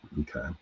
Okay